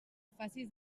facis